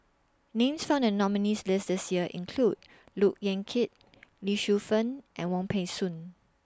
Names found in The nominees' list This Year include Look Yan Kit Lee Shu Fen and Wong Peng Soon